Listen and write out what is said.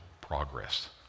progress